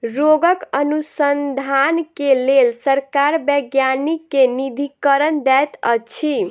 रोगक अनुसन्धान के लेल सरकार वैज्ञानिक के निधिकरण दैत अछि